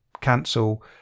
cancel